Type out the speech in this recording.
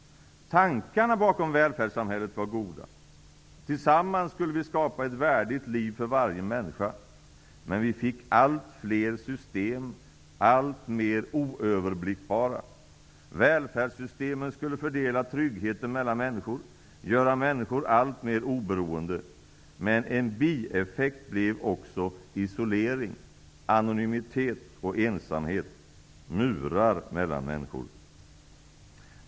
Tankarna bakom välfärdssamhället var goda. Tillsammans skulle vi skapa ett värdigt liv för varje människa. Men vi fick allt fler system, alltmer oöverblickbara. Välfärdssystemen skulle fördela tryggheten mellan människor, göra människor alltmer oberoende. Men en bieffekt blev också isolering, anonymitet och ensamhet, murar mellan människor.